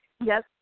Yes